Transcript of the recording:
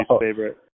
favorite